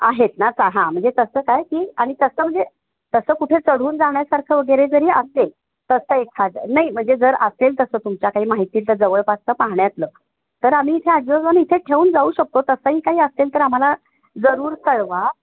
आहेत ना हां म्हणजे तसं काय की आणि तसं म्हणजे तसं कुठे चढून जाण्यासारखं वगैरे जरी असेल तसं एखादं नाही म्हणजे जर असेल तसं तुमच्या काही माहितीत जवळपासचं पाहण्यातलं तर आम्ही इथे आजी आजोबांना इथे ठेवून जाऊ शकतो तसाही काही असेल तर आम्हाला जरूर कळवा